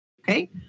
Okay